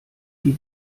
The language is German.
die